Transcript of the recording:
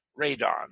radon